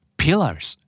pillars